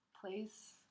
Place